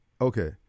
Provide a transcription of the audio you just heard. okay